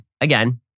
again